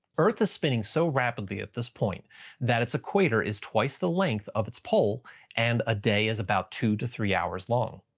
earth spinning so rapidly at this point that its equator is twice the length of its pole and a day is about two to three hours long.